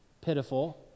pitiful